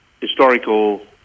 historical